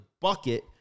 bucket